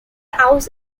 house